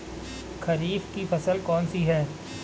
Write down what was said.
खरीफ की फसल कौन सी है?